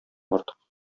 артык